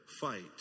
fight